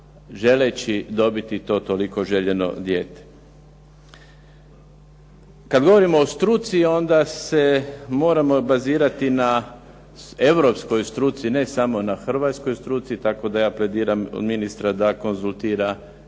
želeći dobiti to toliko željeno dijete. Kad govorimo o struci onda se moramo bazirati na europskoj struci ne samo na hrvatskoj struci i tako da ja plediram ministra da on konzultira i strane